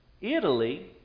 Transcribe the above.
Italy